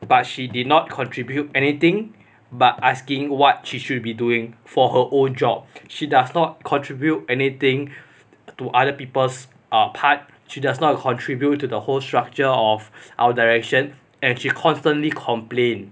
but she did not contribute anything but asking what she should be doing for her own job she does not contribute anything to other people's uh part she does not contribute to the whole structure of our direction and she constantly complained